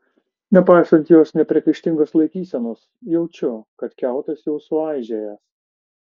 nepaisant jos nepriekaištingos laikysenos jaučiu kad kiautas jau suaižėjęs